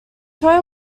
choi